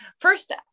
First